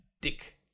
Dick